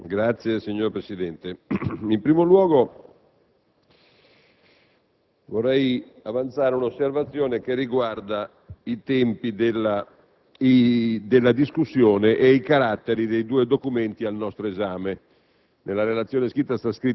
*relatore*. Signor Presidente, in primo luogo, vorrei avanzare un'osservazione che riguarda i tempi della discussione e i caratteri dei due documenti al nostro esame;